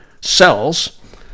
cells